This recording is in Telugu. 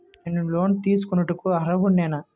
నేను లోన్ తీసుకొనుటకు అర్హుడనేన?